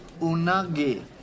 unagi